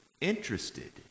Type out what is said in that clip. interested